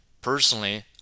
personally